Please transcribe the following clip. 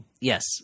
Yes